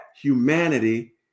humanity